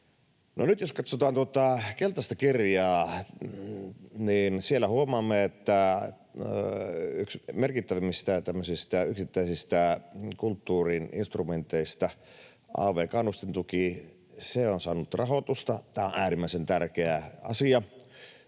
jos katsotaan tuota keltaista kirjaa, sieltä huomaamme, että yksi merkittävimmistä yksittäisistä kulttuurin instrumenteista, av-kannustintuki, on saanut rahoitusta. Tämä on äärimmäisen tärkeä asia.